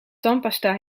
tandpasta